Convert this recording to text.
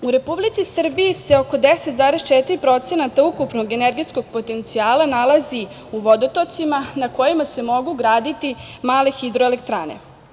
U Republici Srbiji se oko 10,4% ukupnog energetskog potencijala nalazi u vodotocima na kojima se mogu graditi male hidroelektrane.